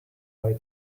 eye